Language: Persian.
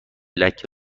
لکه